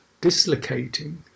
dislocating